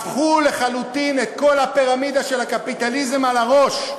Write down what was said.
הפכו לחלוטין את כל הפירמידה של הקפיטליזם על הראש.